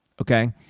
okay